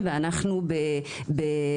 לא בנוהל בלבד.